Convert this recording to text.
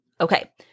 Okay